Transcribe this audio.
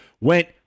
went